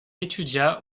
étudia